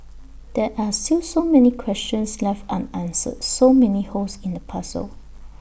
there are still so many questions left unanswered so many holes in the puzzle